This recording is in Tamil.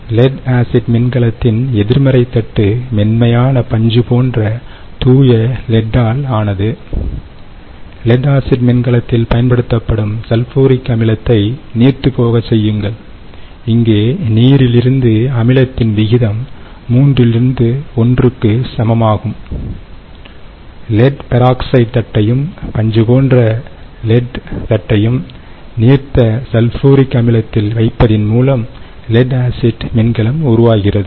லெட் ஆசிட் மின்கலத்தின் எதிர்மறை தட்டு மென்மையான பஞ்சு போன்ற தூய லெட்ஆல் ஆனது லெட் ஆசிட் மின்கலத்தில் பயன்படுத்தப்படும் சல்பூரிக் அமிலத்தை நீர்த்துப்போகச் செய்யுங்கள் இங்கே நீரிலிருந்து அமிலத்தின் விகிதம் மூன்றிலிருந்து ஒன்றுக்கு சமமாகும் லெட்பெராக்சைடு தட்டையும் பஞ்சு போன்ற லெட் தட்டையும் நீர்த்த சல்பூரிக் அமிலத்தில் வைப்பதின் மூலம் லெட் ஆசிட் மின்கலம் உருவாகிறது